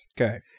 Okay